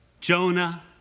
Jonah